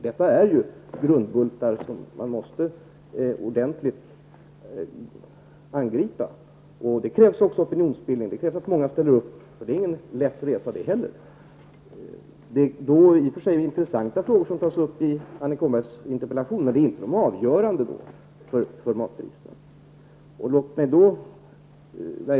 Detta är ju grundbultar som man måste ordentligt angripa, och då krävs det opinionsbildning. Det krävs att många ställer upp, och det är ingen lätt resa det heller. Det är i och för sig intressanta frågor som tas upp i Annika Åhnbergs interpellation, men det är inte de som är avgörande för matpriserna.